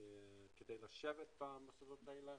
כדי לשבת במוסדות האלה.